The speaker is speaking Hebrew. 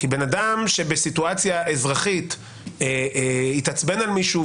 בן אדם שבסיטואציה אזרחית התעצבן על מישהו,